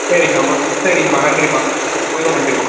சரிங்கம்மா சரிங்கம்மா நன்றிம்மா மிகவும் நன்றிம்மா